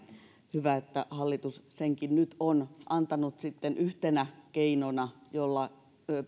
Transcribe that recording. hyvä että hallitus senkin on nyt antanut sitten yhtenä keinona jolla